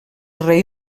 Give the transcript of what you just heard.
rei